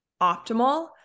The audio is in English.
optimal